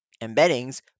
embeddings